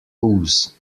ooze